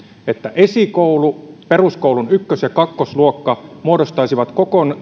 että esikoulu peruskoulun ykkös ja kakkosluokka muodostaisivat